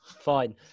Fine